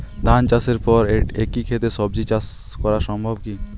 ধান চাষের পর একই ক্ষেতে সবজি চাষ করা সম্ভব কি?